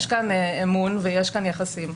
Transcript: יש כאן אמון ויש כאן יחסים.